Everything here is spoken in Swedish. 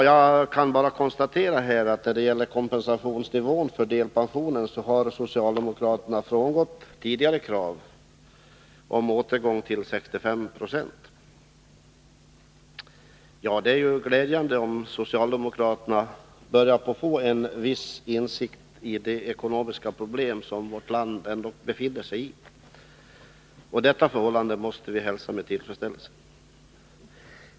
Jag kan bara konstatera att socialdemokraterna när det gäller kompensationsnivån för delpensioneringen har frångått tidigare krav på återgång till 65 90. Det är glädjande att socialdemokraterna börjar få en viss insikt i de ekonomiska problem som vårt land ändock har. Detta förhållande måste vi hälsa med tillfredsställelse.